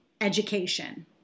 education